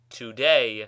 today